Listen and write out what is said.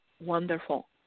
wonderful